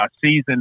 season